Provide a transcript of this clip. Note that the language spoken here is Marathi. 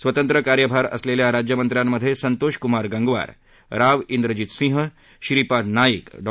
स्वातंत्र्य कार्यभार असलेल्या राज्यमंत्र्यांमधे संतोषकुमार गंगवार राव विजित सिंह श्रीपाद नाईक डॉ